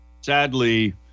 sadly